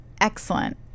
excellent